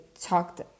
talked